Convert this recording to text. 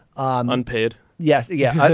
um unpaid yes. yeah.